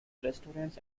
restaurants